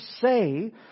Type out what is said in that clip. say